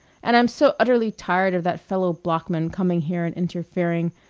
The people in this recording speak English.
and i'm so utterly tired of that fellow bloeckman coming here and interfering.